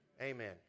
Amen